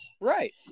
Right